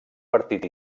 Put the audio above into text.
partit